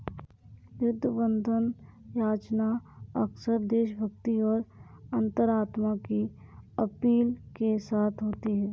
युद्ध बंधन याचना अक्सर देशभक्ति और अंतरात्मा की अपील के साथ होती है